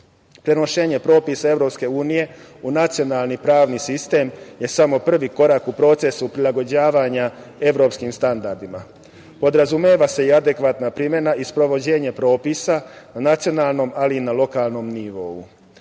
Prenošenje propisa EU u nacionalni pravni sistem je samo prvi korak u procesu prilagođavanja evropskim standardima. Podrazumeva se adekvatna primena i sprovođenje propisa na nacionalnom, ali i na lokalnom nivou.